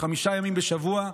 חמישה ימים בשבוע,